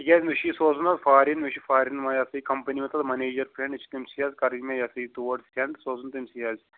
تِکیٛازِ مےٚ چھُ یہِ سوزُن حظ فارٮ۪ن مےٚ چھُ فارٮ۪ن وۅنۍ حظ کمپٔنی منٛز حظ منیجَر فرٛینٛڈ یہِ چھِ تٔمسٕے حظ کَڈٕنۍ مےٚ یا سا یہِ تور سٮ۪نٛڈ سوزُن تٔمسٕے حظ